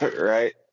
right